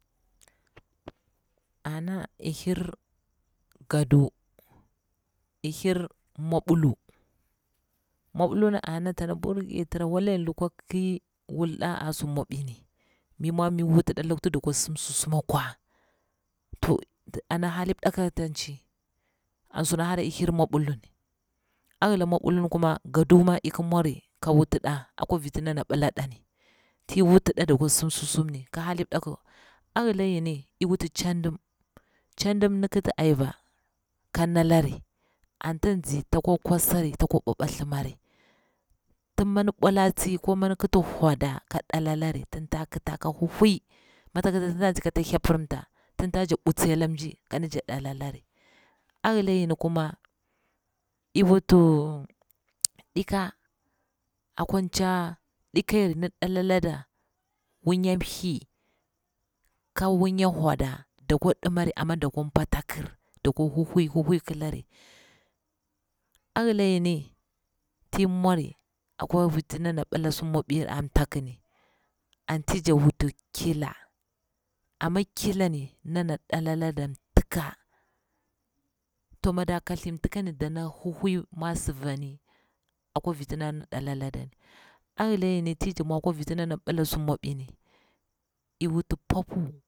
Ana iy hir gedu, iy hir mwabulu, mwabulu ni ana tana burgetira, wala in lukwa kir wuɗa a sur mwabwi, mi mwa mi wuti na lakwati da kwa sim susum kwa, pana hda mdaku a ta tchi, an suna hara iy hir mwabulu ni a hile mwabulum kura gadu, ni ik mwari ka wuti nɗa akwa viti dana billa ɗani ti iyi wuti ɗa da kwa sim sasum ni ƙi hara li nɗaku, hila ngini iy wuti ntchaɗim, ntchadim ni kti ayaba ka nda ri, anti ya tsi takwa kwasari, taka bibba thlima ri tig mi ɗik bwala tsi ko ri ndik kiti whada ka ɗala la ri jin ta kita ka hwu hwi, niiti kiti tin ta nzinzi kata thlapirimta, tin ta jakti bwu tsi da mji kaɗi chakti ɗalabari, a hila yin kuma i wuti nɗika akwa tcha ɗikayarni ndi dalla lada munya mthli ka mu nya whada, dakwa ɗimari amma da kwa pa ata kir, dakwa hani hwi kitari, a hila yini ti mwar akwa viti dara billa su mwan a taku ni, anti jak wuti kila, amma kilan ɗara ɗaka lada mtika, to mi da kathli mtika ni dna him hwi mwa sivani akwa viti dana deko da ni, a hila yini ti jekti mwa akwa vinati nɗena bila su mwabwi ni i wuti popu.